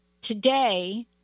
Today